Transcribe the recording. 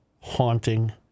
haunting